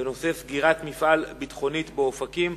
הנושא: סגירת מפעל "ביטחונית" באופקים,